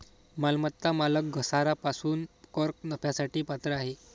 मालमत्ता मालक घसारा पासून कर नफ्यासाठी पात्र आहे